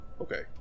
Okay